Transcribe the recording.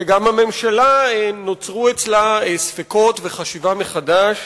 וגם הממשלה, נוצרו אצלה ספקות וחשיבה מחדש.